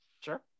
sure